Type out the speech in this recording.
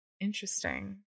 Interesting